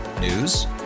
News